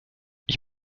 ich